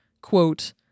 Quote